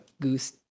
Goose